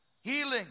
healing